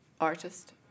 Artist